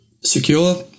secure